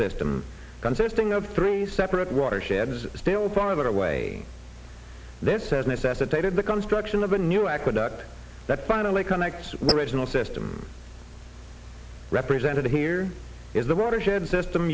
system consisting of three separate watersheds still farther away this has necessitated the construction of a new aqueduct that finally connects the original system represented here is the watershed system